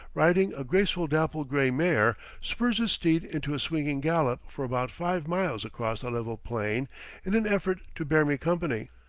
riding a graceful dapple-gray mare, spurs his steed into a swinging gallop for about five miles across the level plain in an effort to bear me company.